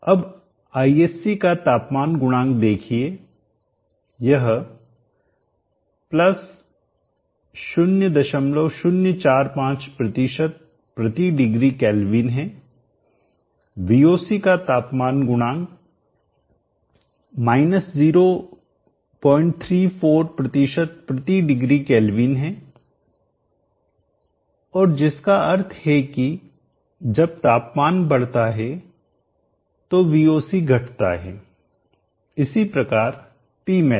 अब Isc का तापमान गुणांक देखिए यह 0045 प्रति डिग्री केल्विन है Voc का तापमान गुणांक 034 प्रति डिग्री केल्विन है और जिसका अर्थ है कि जब तापमान बढ़ता है तो Voc घटता है इसी प्रकार Pmax